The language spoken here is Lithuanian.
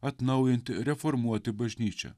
atnaujinti reformuoti bažnyčią